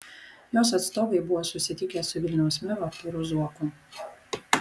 jos atstovai buvo susitikę su vilniaus meru artūru zuoku